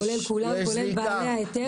כולל בעלי ההיתר,